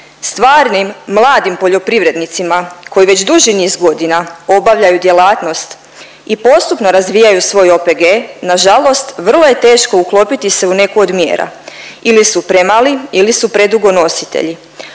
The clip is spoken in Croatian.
Stvarnim mladim poljoprivrednicima koji već duži niz godina obavljaju djelatnost i postupno razvijaju svoj OPG nažalost vrlo je teško uklopiti se u neku od mjera, ili su premali ili su predugo nositelji.